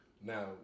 Now